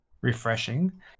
refreshing